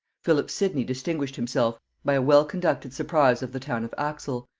philip sidney distinguished himself by a well-conducted surprise of the town of axel,